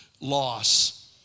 loss